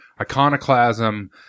iconoclasm